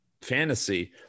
fantasy